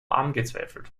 angezweifelt